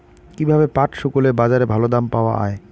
কীভাবে পাট শুকোলে বাজারে ভালো দাম পাওয়া য়ায়?